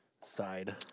side